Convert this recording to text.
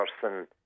person